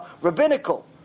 Rabbinical